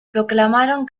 proclamaron